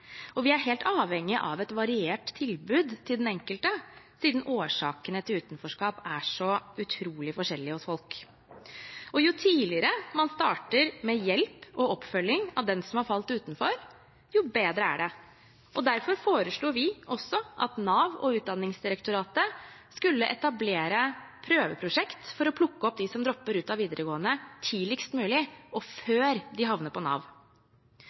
Vi er helt avhengige av et variert tilbud til den enkelte siden årsakene til utenforskap er så utrolig forskjellige hos folk. Jo tidligere man starter med hjelp og oppfølging av den som har falt utenfor, jo bedre er det. Derfor foreslo vi også at Nav og Utdanningsdirektoratet skulle etablere prøveprosjekt for å plukke opp dem som dropper ut av videregående tidligst mulig og før de havner på Nav.